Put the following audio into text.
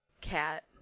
cat